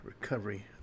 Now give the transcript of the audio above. recovery